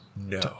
No